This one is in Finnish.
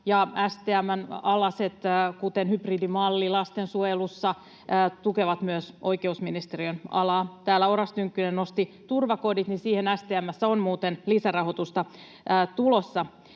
ja STM:n alaiset, kuten hybridimalli lastensuojelussa, tukevat myös oikeusministeriön alaa. Täällä Oras Tynkkynen nosti turvakodit. Siihen STM:ssä on muuten lisärahoitusta tulossa.